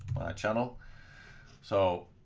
channel so